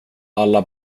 alla